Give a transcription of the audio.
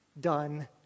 done